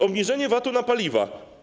Obniżenie VAT-u na paliwa.